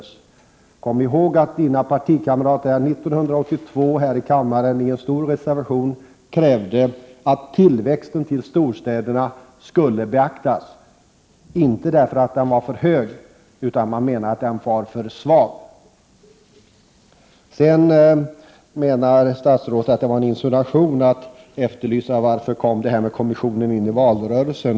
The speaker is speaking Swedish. Man skall komma ihåg att statsrådets partikamrater 1982 här i kammaren i en stor reservation krävde att tillväxten i storstäderna skulle beaktas — inte därför att den var för hög, utan därför att man menade att den var för svag! Statsrådet menade att det var en insinuation att efterfråga varför kommissionen kom in i valrörelsen.